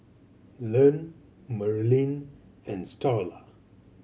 Len Merlene and Starla